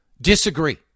disagree